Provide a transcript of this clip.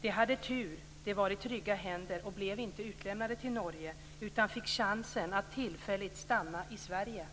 De hade tur. De var i trygga händer och blev inte utlämnade till Norge utan fick chansen att tillfälligt stanna i Sverige.